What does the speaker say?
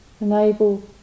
enable